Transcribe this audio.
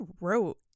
wrote